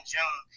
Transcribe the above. June